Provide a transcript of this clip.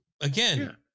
again